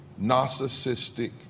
narcissistic